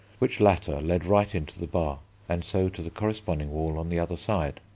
which latter led right into the bar and so to the corresponding wall on the other side.